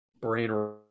Brain